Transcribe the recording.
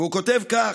והוא כותב כך: